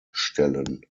stellen